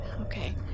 Okay